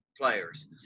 players